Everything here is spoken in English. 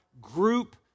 Group